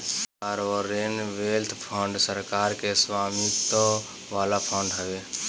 sovereign wealth fund सरकार के स्वामित्व वाला फंड हवे